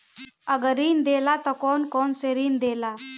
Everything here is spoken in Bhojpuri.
अगर ऋण देला त कौन कौन से ऋण देला?